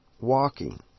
walking